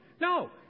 No